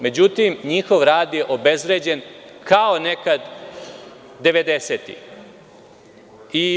Međutim, njihov rad je obezvređen kao nekada 90-tih.